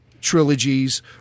trilogies